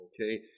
Okay